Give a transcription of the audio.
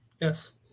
Yes